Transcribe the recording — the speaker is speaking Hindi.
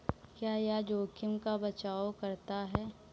क्या यह जोखिम का बचाओ करता है?